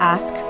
Ask